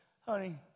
honey